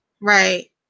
Right